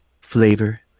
flavor